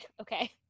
okay